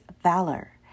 valor